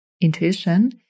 intuition